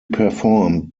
performed